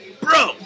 bro